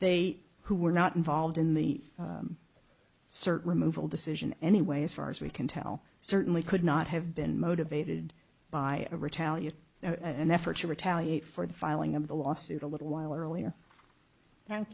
they who were not involved in the search removal decision anyway as far as we can tell certainly could not have been motivated by a retaliatory an effort to retaliate for the filing of the lawsuit a little while earlier thank